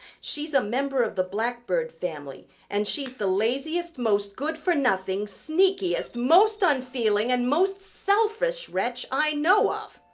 she's a member of the blackbird family and she's the laziest, most good-for-nothing, sneakiest, most unfeeling and most selfish wretch i know of!